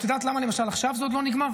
את יודעת למה, למשל, עכשיו זה עוד לא נגמר?